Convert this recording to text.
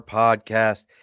podcast